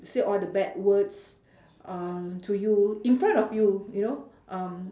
say all the bad words um to you in front of you you know um